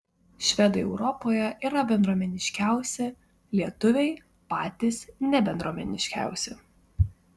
švedai europoje yra bendruomeniškiausi lietuviai patys nebendruomeniškiausi